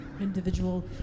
individual